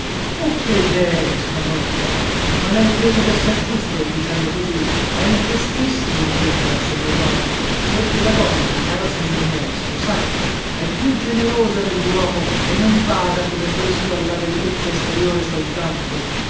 che idee esclamò la caporale ma lei crede desser giusto dicendo così è ingiustissimo invece verso noi donne perché la donna caro signor meis lo sappia è più generosa delluomo e non bada come questo alla bellezza esteriore soltanto